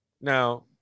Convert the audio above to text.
Now